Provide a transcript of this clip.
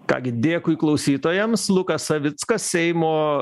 ką gi dėkui klausytojams lukas savickas seimo